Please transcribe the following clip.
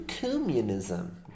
communism